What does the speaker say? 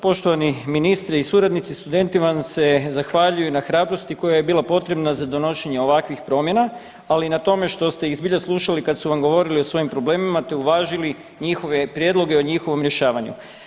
Poštovani ministri i suradnici studenti vam se zahvaljuju na hrabrosti koja je bila potrebna za donošenje ovakvih promjena, ali i na tome što ste ih zbilja slušali kad su vam govorili o svojim problemima te uvažili njihove prijedloge o njihovom rješavanju.